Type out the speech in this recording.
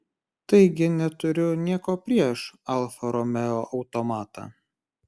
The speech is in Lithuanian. taigi neturiu nieko prieš alfa romeo automatą